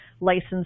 licensed